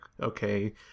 okay